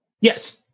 Yes